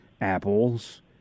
Apple's